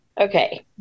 Okay